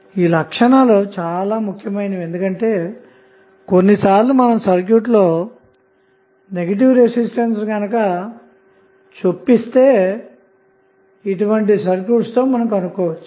ఈ లక్షణాలుచాలా ముఖ్యమైనవి ఎందుకంటె కొన్నిసార్లు మనం సర్క్యూట్ లో నెగటివ్ రెసిస్టెన్స్ ను ఇన్సర్ట్ చేసి ఇటువంటి సర్క్యూట్స్ తో కనుక్కోవచ్చు